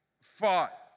fought